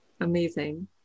amazing